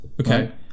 Okay